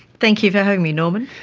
thank you for having me norman.